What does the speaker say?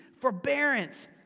forbearance